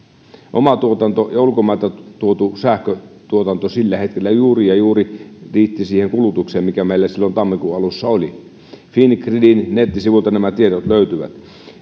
oma tuotanto ja ulkomailta tuotu sähköntuotanto sillä hetkellä juuri ja juuri riittivät siihen kulutukseen mikä meillä silloin tammikuun alussa oli fingridin nettisivuilta nämä tiedot löytyvät